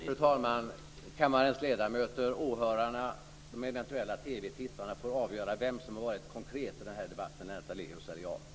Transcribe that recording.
Detta var det sista inlägget i denna frågestund, som därmed är avslutad. Jag tackar regeringens och kammarens företrädare för deras medverkan i frågestunden.